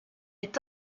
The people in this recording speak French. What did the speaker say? est